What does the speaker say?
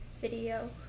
video